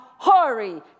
Hurry